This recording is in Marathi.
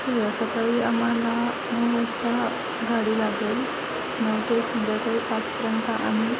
ठीक आहे सकाळी आम्हाला नऊ वाजता गाडी लागेल संध्याकाळी पाचपर्यंत आम्ही